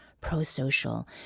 pro-social